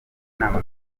inama